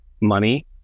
Money